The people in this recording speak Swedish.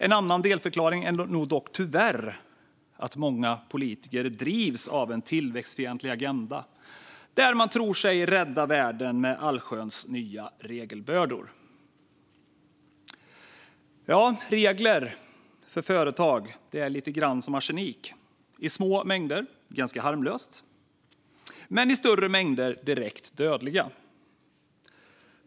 En annan delförklaring är nog tyvärr att många politiker drivs av en tillväxtfientlig agenda - man tror sig rädda världen med allsköns nya regelbördor. Regler för företag är lite grann som arsenik - i små mängder ganska harmlösa, men i större mängder direkt dödliga.